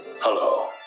Hello